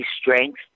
strength